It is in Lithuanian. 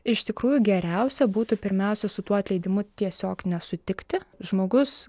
iš tikrųjų geriausia būtų pirmiausia su tuo atleidimu tiesiog nesutikti žmogus